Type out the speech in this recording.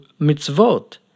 mitzvot